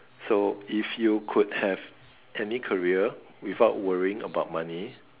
so if you could have any career without worrying about money